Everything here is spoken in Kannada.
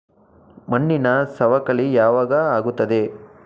ಮಣ್ಣಿನ ಸವಕಳಿ ಯಾವಾಗ ಆಗುತ್ತದೆ?